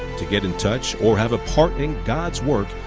to get in touch or have a part in god's work,